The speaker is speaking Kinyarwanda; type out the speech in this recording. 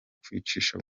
kwicisha